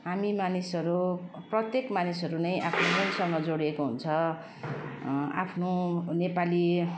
हामी मानिसहरू प्रत्येक मानिसहरू नै आफ्नो सँग जोडिएको हुन्छ आफ्नो नेपाली